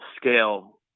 scale